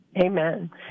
Amen